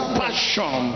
passion